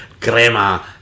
Crema